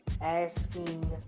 asking